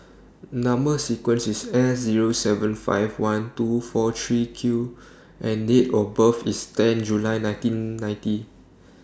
Number sequence IS S Zero seven five one two four three Q and Date of birth IS ten July nineteen ninety